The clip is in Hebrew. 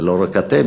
זה לא רק אתם.